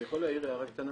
אני יכול להעיר הערה קטנה?